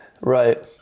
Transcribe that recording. right